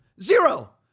Zero